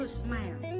smile